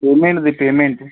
ఏమైనది payment